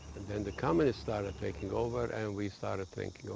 then the communists started taking over, and we started thinking,